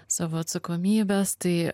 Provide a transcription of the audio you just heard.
savo atsakomybes tai